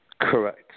correct